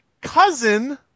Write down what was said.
cousin